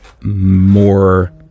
more